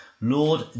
Lord